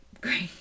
great